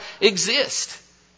exist